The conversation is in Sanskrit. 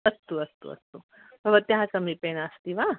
अस्तु अस्तु अस्तु भवत्याः समीपे नास्ति वा